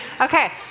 okay